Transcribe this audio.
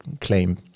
claim